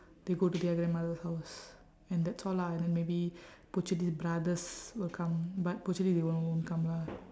they go to their grandmother's house and that's all lah and then maybe puchili's brothers will come but puchili they all won't come lah